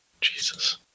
Jesus